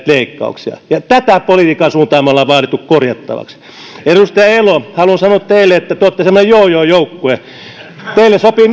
leikkauksia ja tätä politiikan suuntaa me olemme vaatineet korjattavaksi edustaja elo haluan sanoa teille että te olette semmoinen joo joo joukkue teille sopii